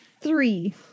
Three